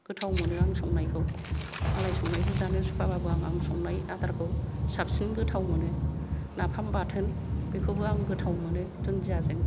गोथाव मोनो आं संनायखौ मालाय संनायखौ जानो सुखवाबाबो आं संनाय आदारखौ साबसिन गोथाव मोनो नाफाम बाथोन बेखौबो आं गोथाव मोनो दुन्दियाजों